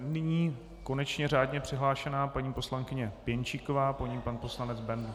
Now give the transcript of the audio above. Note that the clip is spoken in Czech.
Nyní konečně řádně přihlášená paní poslankyně Pěnčíková, po ní pan poslanec Bendl.